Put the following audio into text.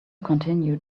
continued